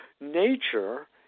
Nature